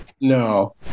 No